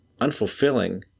unfulfilling